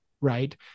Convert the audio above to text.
right